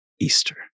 Easter